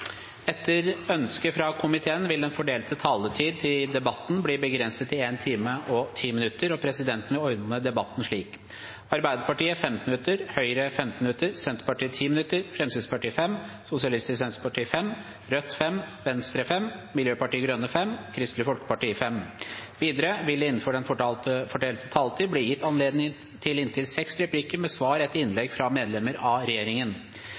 Etter ønske fra justiskomiteen vil den fordelte taletiden i debatten bli begrenset til 1 time og 10 minutter, og presidenten vil ordne debatten slik: Arbeiderpartiet 15 minutter, Høyre 15 minutter, Senterpartiet 10 minutter, Fremskrittspartiet 5 minutter, Sosialistisk Venstreparti 5 minutter, Rødt 5 minutter, Venstre 5 minutter, Miljøpartiet De Grønne 5 minutter og Kristelig Folkeparti 5 minutter. Videre vil det – innenfor den fordelte taletid – bli gitt anledning til inntil seks replikker med svar etter innlegg fra medlemmer av